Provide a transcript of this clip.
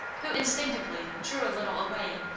who instinctively drew a little away,